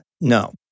No